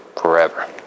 forever